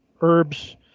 herbs